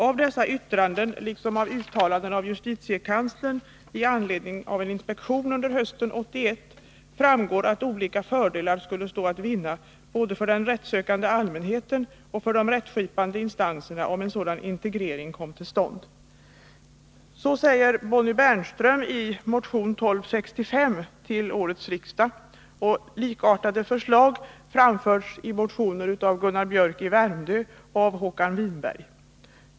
Av dessa yttranden liksom av uttalanden av justitiekanslern i anslutning till en inspektion under hösten 1981 framgår att olika fördelar skulle stå att vinna både för den rättssökande allmänheten och för de rättskipande instanserna om en sådan integrering kom till stånd.” Så säger Bonnie Bernström i motion 1265 till årets riksdag. Likartade förslag framförs i motioner av Gunnar Biörck i Värmdö och av Håkan Winberg.